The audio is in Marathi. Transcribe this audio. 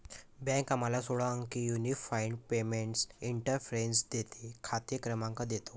बँक आम्हाला सोळा अंकी युनिफाइड पेमेंट्स इंटरफेस देते, खाते क्रमांक देतो